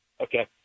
Okay